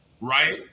right